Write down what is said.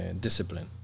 discipline